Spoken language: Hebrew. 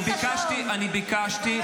אני ביקשתי.